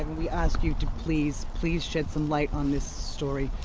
we ask you to please, please shed some light on this story.